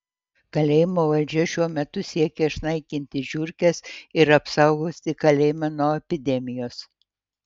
kalėjimo valdžia šiuo metu siekia išnaikinti žiurkes ir apsaugoti kalėjimą nuo epidemijos